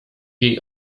jej